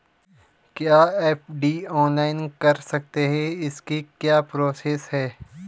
क्या FD online कर सकते हैं इसकी क्या प्रोसेस है?